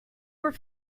were